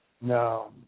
No